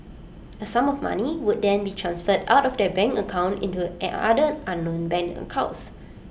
A sum of money would then be transferred out of their bank account into an other unknown bank accounts